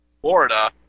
Florida